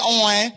on